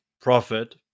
profit